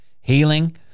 Healing